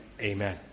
Amen